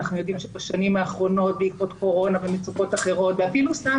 אנחנו יודעים שבשנים האחרונות בעקבות קורונה ומצוקות אחרות ואפילו סתם,